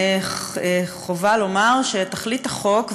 חובה לומר שתכלית החוק,